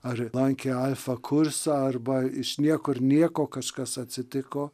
ar lankė alfa kursą arba iš niekur nieko kažkas atsitiko